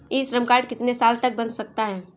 ई Shram card कितने साल तक बन सकता है?